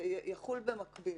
זה יחול במקביל.